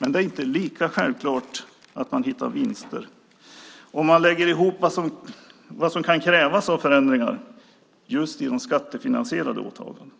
men det är inte lika självklart att man hittar vinster om man lägger ihop vad som kan krävas av förändringar i de skattefinansierade åtagandena.